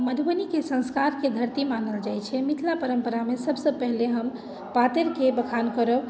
मधुबनीके सन्स्कारके धरती मानल जाइत छै मिथिला परम्परामे सभसँ पहिले हम पातरिके बखान करब